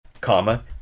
Comma